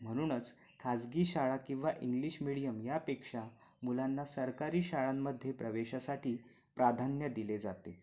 म्हणूनच खाजगी शाळा किंवा इंग्लिश मीडियम यापेक्षा मुलांना सरकारी शाळांमध्ये प्रवेशासाठी प्राधान्य दिले जाते